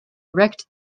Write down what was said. erect